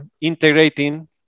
integrating